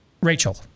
Rachel